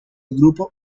grupo